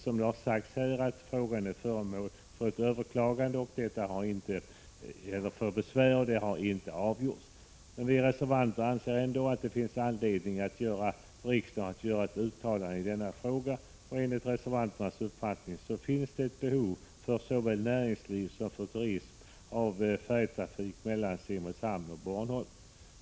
Som det har sagts här har besvär anförts över generaltullstyrelsens beslut i frågan, och besvären har ännu inte prövats. Vi reservanter anser ändå att det finns anledning för riksdagen att göra ett uttalande i denna fråga. Enligt reservanternas uppfattning finns det behov för såväl näringsliv som turism av färjetrafik mellan Simrishamn och Bornholm.